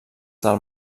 del